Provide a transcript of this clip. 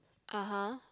(uh huh)